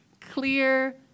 clear